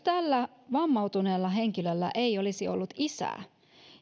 tällä vammautuneella henkilöllä ei olisi ollut isää